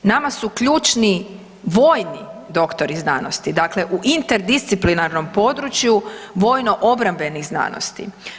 Nama su ključni vojni doktori znanosti, dakle u interdisciplinarnom području vojno obrambenih znanosti.